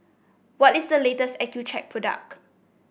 what is the latest Accucheck product